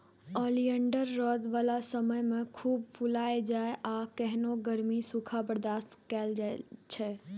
oleander रौद बला समय मे खूब फुलाइ छै आ केहनो गर्मी, सूखा बर्दाश्त कए लै छै